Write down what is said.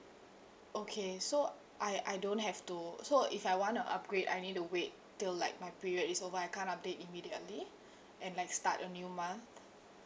okay so I I don't have to so if I want to upgrade I need to wait till like my period is over I can't update immediately and like start a new month